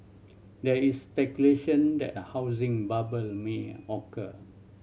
there is speculation that a housing bubble may occur